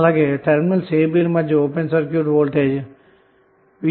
a b ల మధ్య open circuit వోల్టేజ్vsఉంటుంది